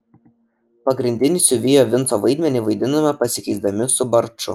pagrindinį siuvėjo vinco vaidmenį vaidinome pasikeisdami su barču